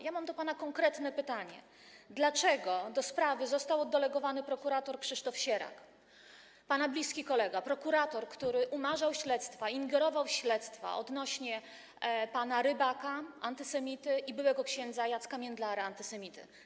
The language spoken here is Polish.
Ja mam do pana konkretne pytanie: Dlaczego do sprawy został oddelegowany prokurator Krzysztof Sierak, pana bliski kolega, prokurator, który umarzał śledztwa, ingerował w śledztwa odnośnie do pana Rybaka, antysemity, i byłego księdza Jacka Międlara, antysemity?